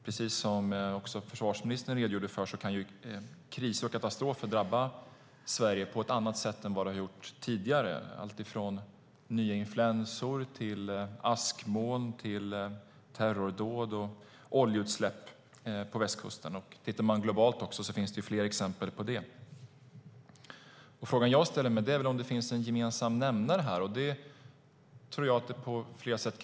Precis som försvarsministern redogjorde för kan kriser och katastrofer drabba Sverige på ett annat sätt än tidigare, alltifrån nya influensor till askmoln, terrordåd och oljeutsläpp på västkusten. Tittar man globalt ser man fler exempel på det. Frågan jag ställer mig är om det finns en gemensam nämnare här, och det tror jag att det kan finnas på flera sätt.